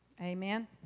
Amen